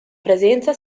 presenza